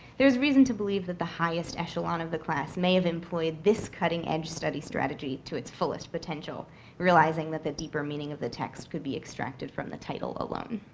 there is reason to believe that the highest echelon of the class may have employed this cutting edge study strategy to its fullest potential realizing that the deeper meaning of the text could be extracted from the title alone.